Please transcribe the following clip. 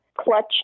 clutch